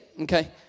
okay